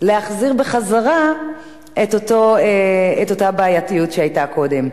להחזיר חזרה את אותה בעייתיות שהיתה קודם: